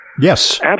Yes